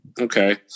Okay